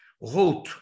Wrote